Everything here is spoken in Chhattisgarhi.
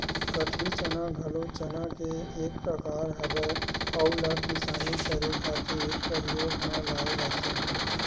कटही चना घलो चना के एक परकार हरय, अहूँ ला किसानी करे खातिर परियोग म लाये जाथे